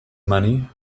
money